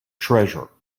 treasure